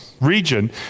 region